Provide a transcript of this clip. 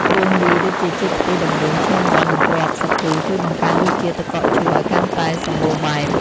គ្រឿងលាយដូចជាចេកខ្ទិះដំឡូងឈាមមាន់និងគ្រាប់សាគូជួយបង្កើនរសជាតិទឹកកកឈូសឱ្យកាន់តែសម្បូរបែប។